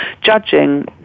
judging